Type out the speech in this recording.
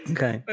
Okay